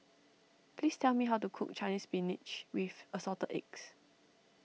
please tell me how to cook Chinese Spinach with Assorted Eggs